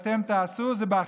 אל תענה, איתן.